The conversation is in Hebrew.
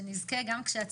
שנזכה גם כשעצוב,